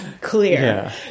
clear